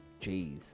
Jeez